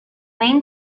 main